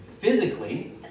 physically